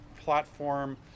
platform